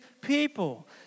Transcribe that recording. people